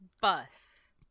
Bus